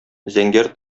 зәңгәр